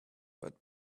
but